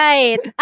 Right